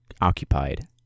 occupied